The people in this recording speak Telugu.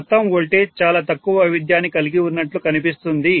మొత్తం వోల్టేజ్ చాలా తక్కువ వైవిధ్యాన్ని కలిగి ఉన్నట్లు కనిపిస్తుంది